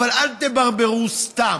אבל אל תברברו סתם.